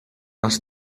els